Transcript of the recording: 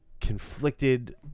conflicted